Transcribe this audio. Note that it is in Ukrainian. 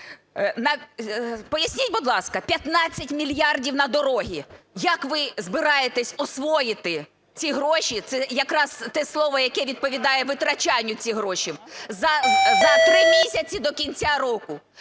Поясніть, будь ласка, 15 мільярдів на дороги, як ви збираєтесь освоїти ці гроші (це якраз те слово, яке відповідає витрачанню цих грошей) за 3 місяці до кінця року?